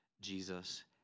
Jesus